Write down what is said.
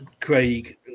Craig